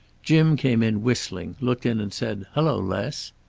jim came in whistling, looked in and said hello, les,